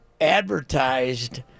advertised